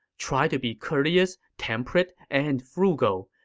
try to be courteous, temperate, and frugal.